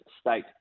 state